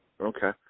Okay